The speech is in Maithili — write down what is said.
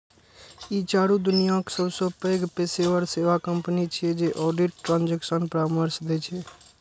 ई चारू दुनियाक सबसं पैघ पेशेवर सेवा कंपनी छियै जे ऑडिट, ट्रांजेक्शन परामर्श दै छै